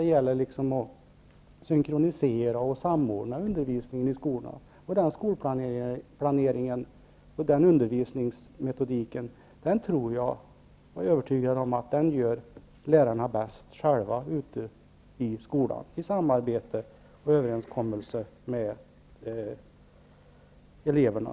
Det gäller att synkronisera och samordna undervisningen i skolan. Jag är övertygad om att lärarna själva är bästa på att göra en sådan skolplanering och tillämpa sådan undervisningsmetodik, naturligtvis i samarbete och i överenskommelse med eleverna.